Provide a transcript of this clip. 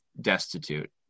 destitute